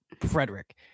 Frederick